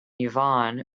yvonne